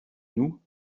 nous